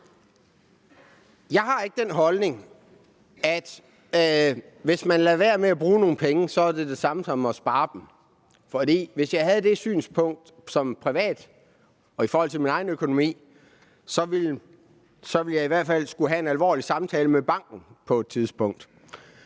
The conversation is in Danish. Jeg har ikke den holdning, at det, hvis man lader være med at bruge nogle penge, er det samme som at spare dem. For hvis jeg havde det synspunkt som privat og i forhold til min egen økonomi, ville jeg i hvert fald på et tidspunkt skulle have en alvorlig samtale med banken, og jeg mener,